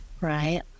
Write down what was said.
right